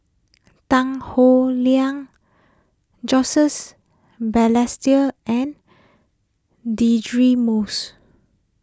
Tan Howe Liang Balestier and Deirdre Moss